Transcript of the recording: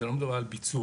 לא מדובר על ביצוע.